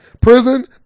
Prison